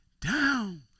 down